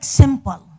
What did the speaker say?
simple